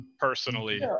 Personally